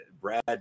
Brad